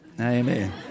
Amen